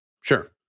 Sure